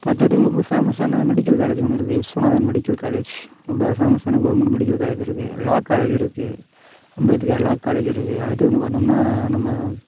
பத்தாதுக்கு ரொம்ப ஃபேமஸான மெடிக்கல் காலேஜ் ஒன்று இருக்கு விஸ்வநாதன் மெடிக்கல் காலேஜ் ரொம்ப ஃபேமஸான கவுர்மெண்ட் மெடிக்கல் காலேஜ் இருக்கு லா காலேஜ் இருக்கு அம்பேத்கார் லா காலேஜ் இருக்கு அடுத்து வந்து பார்த்தோம்னா நம்ம